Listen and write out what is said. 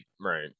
right